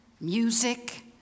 music